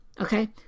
okay